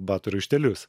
batų raištelius